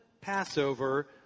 Passover